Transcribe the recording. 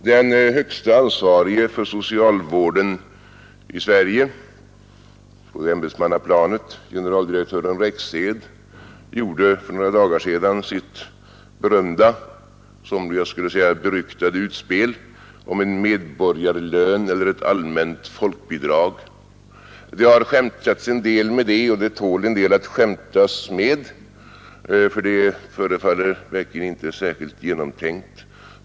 Den högste ansvarige för socialvården i Sverige på ämbetsmannaplanet, generaldirektören Rexed, gjorde för några dagar sedan sitt berömda — somliga skulle säga beryktade — utspel om en medborgarlön eller ett allmänt folkbidrag. Man har skämtat en del om det, och det tål att skämtas något med, ty det förefaller verkligen inte särskilt genomtänkt.